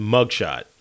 Mugshot